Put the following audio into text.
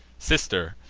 sister,